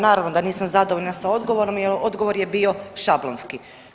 Naravno da nisam zadovoljna sa odgovorom jel odgovor je bio šablonski.